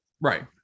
right